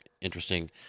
interesting